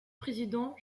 président